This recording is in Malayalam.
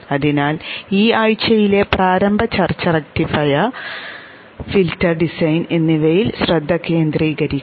അതിനാൽ ഈ ആഴ്ചയിലെ പ്രാരംഭ ചർച്ച റക്റ്റിഫയർ ഫിൽട്ടർ ഡിസൈൻ എന്നിവയിൽ ശ്രദ്ധ കേന്ദ്രീകരിക്കും